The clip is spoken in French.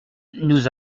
nous